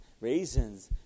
raisins